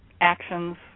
actions